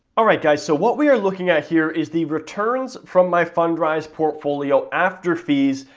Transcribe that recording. all right guys, so what we are looking at here is the returns from my fundrise portfolio after fees,